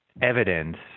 evidence